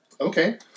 okay